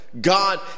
God